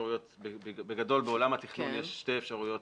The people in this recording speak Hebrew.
בגדול, בעולם התכנון, יש שתי אפשרויות